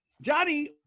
Johnny